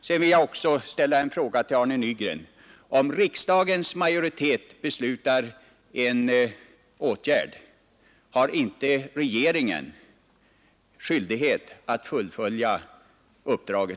Jag vill också ställa en fråga till Arne Nygren: Om riksdagens majoritet beslutar en åtgärd, har inte regeringen då skyldighet att fullfölja uppdraget?